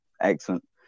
excellent